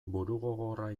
burugogorra